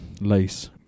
lace